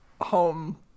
home